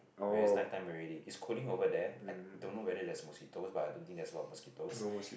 when it's night time already it's cooling over there I don't know whether there's mosquitoes but I don't think there's a lot of mosquitoes